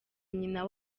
nyina